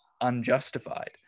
unjustified